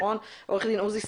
עורך דין עוזי סלמן,